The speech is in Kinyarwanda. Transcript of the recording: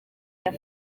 ati